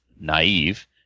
naive